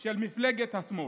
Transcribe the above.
של מפלגות השמאל.